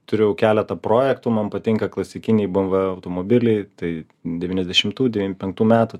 turiu keletą projektų man patinka klasikiniai bmw automobiliai tai devyniasdešimtų devym penktų metų